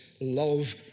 love